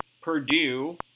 Purdue